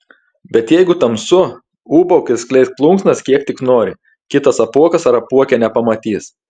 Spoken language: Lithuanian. bet jeigu tamsu ūbauk ir skleisk plunksnas kiek tik nori kitas apuokas ar apuokė nepamatys